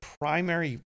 primary